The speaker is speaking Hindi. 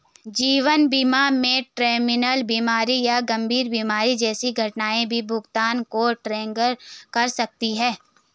जीवन बीमा में टर्मिनल बीमारी या गंभीर बीमारी जैसी घटनाएं भी भुगतान को ट्रिगर कर सकती हैं